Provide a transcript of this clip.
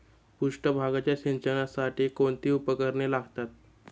पृष्ठभागाच्या सिंचनासाठी कोणती उपकरणे लागतात?